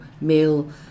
male